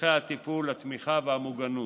ולצורכי הטיפול, התמיכה והמוגנות.